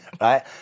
right